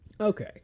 okay